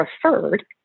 preferred